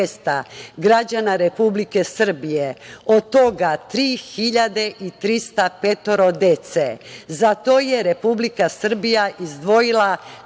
građana Republike Srbije, od toga 3.305 dece. Za to je Republika Srbija izdvojila